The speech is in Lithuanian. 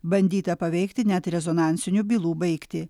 bandyta paveikti net rezonansinių bylų baigtį